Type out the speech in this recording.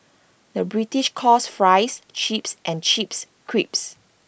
the British calls Fries Chips and Chips Crisps